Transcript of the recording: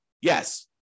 Yes